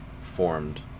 formed